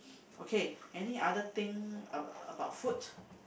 okay any other thing about about food